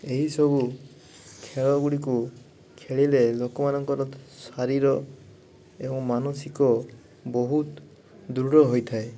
ଏହିସବୁ ଖେଳ ଗୁଡ଼ିକୁ ଖେଳିଲେ ଲୋକମାନଙ୍କର ଶରୀର ଏବଂ ମାନସିକ ବହୁତ୍ ଦୃଢ଼ ହୋଇଥାଏ